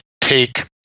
take